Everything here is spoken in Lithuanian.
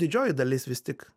didžioji dalis vis tik